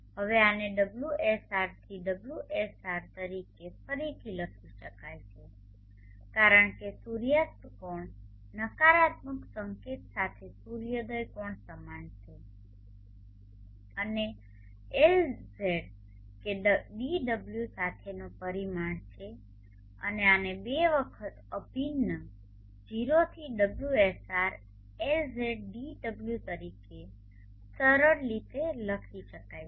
હવે આને ωSR થી ωSR તરીકે ફરીથી લખી શકાય છે કારણ કે સૂર્યાસ્ત કોણ નકારાત્મક સંકેત સાથે સૂર્યોદય કોણ સમાન છે અને LZ કે dω સાથેનો પરિમાણ છે અને આને 2 વખત અભિન્ન 0 થી ωSR LZ dω તરીકે સરળ રીતે લખી શકાય છે